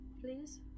Please